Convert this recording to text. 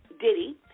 Diddy